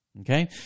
okay